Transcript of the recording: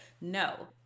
No